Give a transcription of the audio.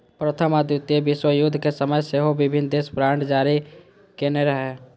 प्रथम आ द्वितीय विश्वयुद्ध के समय सेहो विभिन्न देश युद्ध बांड जारी केने रहै